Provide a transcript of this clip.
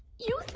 you